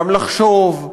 גם לחשוב,